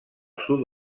sud